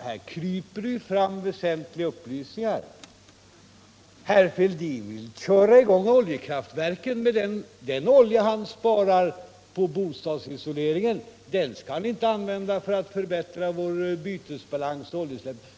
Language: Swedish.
Herr talman! Här kryper ju väsentliga upplysningar fram. Herr Fälldin vill köra i gång oljekraftverken med den olja han sparar på bostadsisoleringen. Den besparingen tänker han inte använda för att förbättra vår bytesbalans.